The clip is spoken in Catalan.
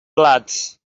plats